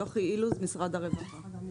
יוכי אילוז, משרד הרווחה.